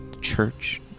church